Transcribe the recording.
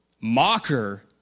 Mocker